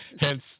Hence